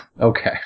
Okay